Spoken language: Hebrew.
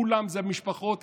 כולם זה המשפחות החלשות,